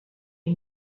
you